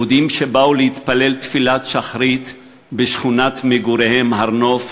יהודים שבאו להתפלל תפילת שחרית בשכונת מגוריהם הר-נוף,